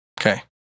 Okay